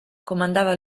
comandava